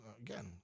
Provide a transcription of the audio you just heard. Again